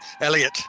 Elliot